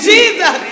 Jesus